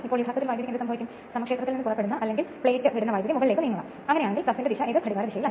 synchronous ജനറേറ്ററിന് വളരെ നീളമുള്ള റോട്ടർ ഉണ്ടായിരിക്കാം